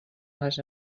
les